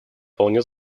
вполне